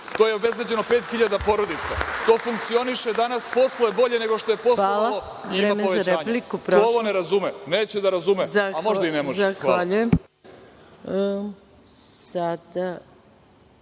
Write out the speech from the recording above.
To je obezbeđeno 5.000 porodica, to funkcioniše danas i posluje bolje nego što je poslovalo i ima povećanja. Ko ovo ne razume, neće da razume, a možda i ne može.